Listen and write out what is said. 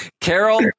Carol